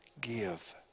give